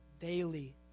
daily